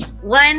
one